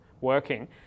working